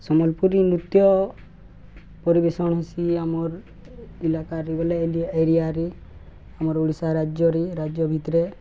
ସମ୍ବଲପୁରୀ ନୃତ୍ୟ ପରିବେଷଣ ହେସି ଆମର୍ ଇଲାକାରରେ ବୋଲେ ଏରିଆରେ ଆମର ଓଡ଼ିଶା ରାଜ୍ୟରେ ରାଜ୍ୟ ଭିତରେ